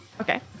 Okay